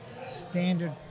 standard